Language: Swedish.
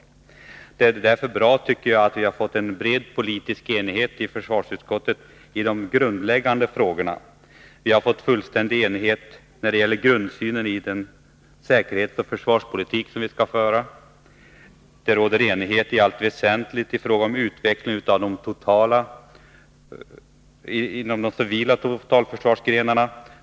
Jag tycker därför att det är bra att vi har fått en bred politisk enighet inom försvarsutskottet i de grundläggande frågorna. Vi har nått fullständig enighet när det gäller grundsynen i den säkerhetsoch försvarspolitik vi skall föra. Det råder i allt väsentligt enighet i fråga om utvecklingen av de civila totalförsvarsgrenarna.